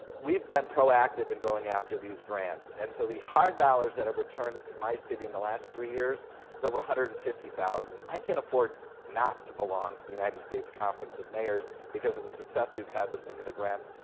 we've been proactive in going after these grants, and so the hard dollars that have returned to my city in the last three years is over one hundred and fifty thousand. i can't afford not to belong to the united states conference of mayors because of the success we've had with some of the grants.